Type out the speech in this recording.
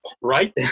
right